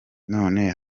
none